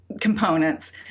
components